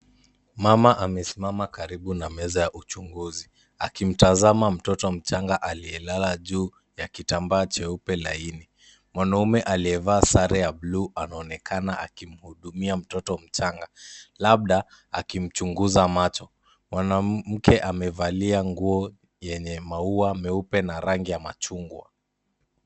Mama amesimama karibu na meza ya uchunguzi, akimtazama mtoto mchanga aliyelala juu ya kitambaa cheupe, laini. Mwanamume aliyevaa sare ya blue anaonekana akimhudumia mtoto mchanga, labda akimchunguza macho. Mwanamke amevalia nguo yenye maua meupe na rangi ya machungwa.